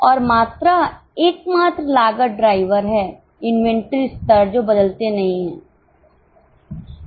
और मात्रा एकमात्र लागत ड्राइवर है इन्वेंट्री स्तर जो बदलते नहीं हैं